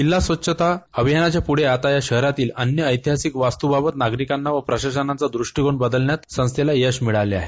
किल्ला स्वच्छता अभियानाच्यापूढे आता या शहरातील अन्य ऐतिहासिक वास्तुबाबत नागरिकांचा आणि प्रशासनाचा दृष्टिकोन बदल्यात संस्थेला यश मिळाले आहे